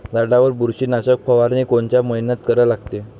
झाडावर बुरशीनाशक फवारनी कोनच्या मइन्यात करा लागते?